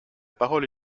parole